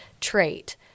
trait